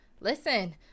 listen